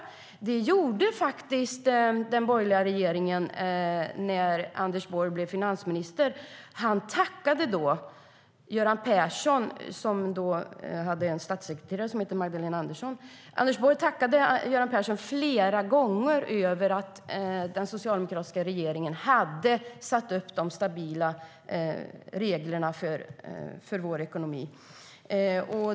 Det gjorde faktiskt den borgerliga regeringen när Anders Borg blev finansminister. Han tackade då Göran Persson, som hade haft en statssekreterare som hette Magdalena Andersson, flera gånger för att den socialdemokratiska regeringen hade satt upp stabila regler för vår ekonomi.